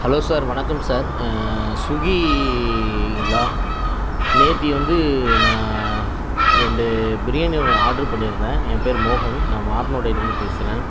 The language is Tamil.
ஹலோ சார் வணக்கம் சார் ஸுகிங்களா நேற்று வந்து நான் ரெண்டு பிரியாணி ஒன்று ஆர்டரு பண்ணியிருந்தேன் என் பேர் மோகன் நான் மாரனோடையிலேந்து பேசுகிறேன்